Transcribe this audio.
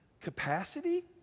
capacity